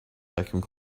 vacuum